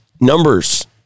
numbers